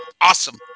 awesome